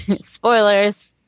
Spoilers